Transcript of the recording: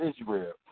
Israel